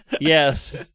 Yes